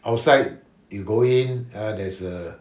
outside you go in uh there's a